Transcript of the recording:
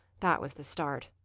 that was the start.